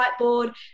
whiteboard